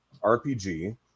RPG